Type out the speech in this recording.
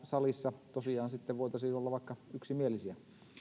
salissa tosiaan sitten voitaisiin olla vaikka yksimielisiä